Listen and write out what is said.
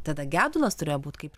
tada gedulas turėjo būt kaip